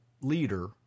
leader